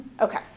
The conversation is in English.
Okay